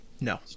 no